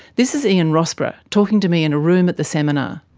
this is ian rossborough talking to me in a room at the seminar.